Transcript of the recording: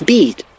Beat